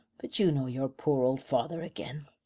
but you know your poor old father again.